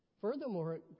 Furthermore